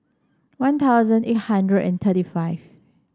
One Thousand eight hundred and thirty five